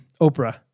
Oprah